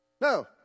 No